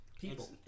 people